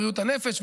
בריאות הנפש,